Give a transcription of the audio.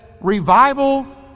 revival